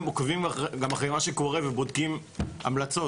עוקבים גם אחרי מה שקורה ובודקים המלצות,